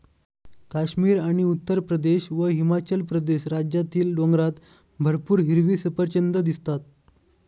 काश्मीर आणि उत्तरप्रदेश व हिमाचल प्रदेश राज्यातील डोंगरात भरपूर हिरवी सफरचंदं दिसतात